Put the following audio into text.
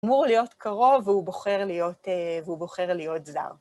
אמור להיות קרוב והוא בוחר להיות אה.. והוא בוחר להיות זר.